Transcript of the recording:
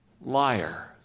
liar